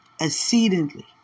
Exceedingly